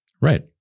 Right